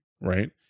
right